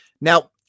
Now